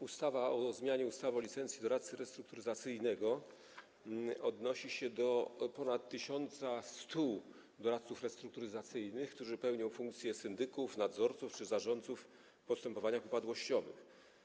Ustawa o zmianie ustawy o licencji doradcy restrukturyzacyjnego odnosi się do ponad 1100 doradców restrukturyzacyjnych, którzy pełnią funkcję syndyków, nadzorców czy zarządców w postępowaniach upadłościowych.